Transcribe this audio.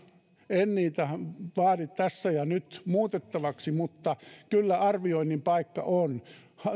en niitä vaadi tässä ja nyt muutettavaksi mutta kyllä arvioinnin paikka on